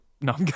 No